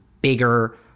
bigger